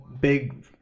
big